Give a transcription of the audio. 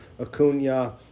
Acuna